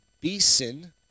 Beeson